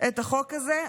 את החוק הזה.